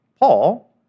Paul